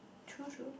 true true